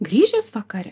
grįžęs vakare